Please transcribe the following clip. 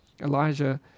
Elijah